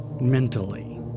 Mentally